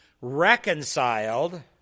reconciled